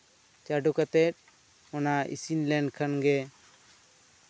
ᱪᱟᱰᱳ ᱠᱟᱛᱮ ᱚᱱᱟ ᱤᱥᱤᱱ ᱞᱮᱱ ᱠᱷᱟᱱ ᱜᱮ